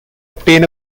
obtain